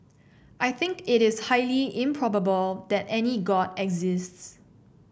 I think it is highly improbable that any god exists